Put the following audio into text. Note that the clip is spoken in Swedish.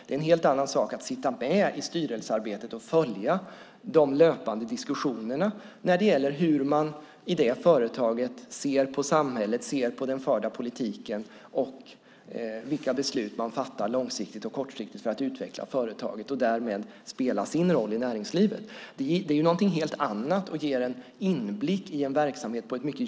Det är en helt annan sak att vara med i styrelsearbetet och följa de löpande diskussionerna när det gäller hur man vid företaget ser på samhället och den förda politiken samt vilka beslut som fattas långsiktigt och kortsiktigt för att utveckla företaget. Därmed kan man också spela en roll i näringslivet vilket ger en mycket djupare inblick i en verksamhet.